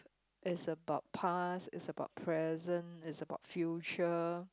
is about past is about present is about future